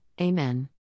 Amen. –